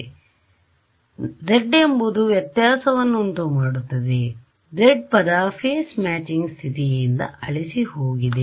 ಸರಿ z ಎಂಬುದು ವ್ಯತ್ಯಾಸವನ್ನುಂಟುಮಾತ್ತದೆ z ಪದ ಫೇಸ್ ಮ್ಯಾಚಿಂಗ್ ಸ್ಥಿತಿಯಿಂದ ಅಳಿಸಿಹೋಗಿದೆ